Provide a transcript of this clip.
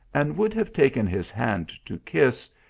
and would have taken his hand to kiss,